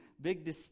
big